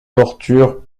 tortures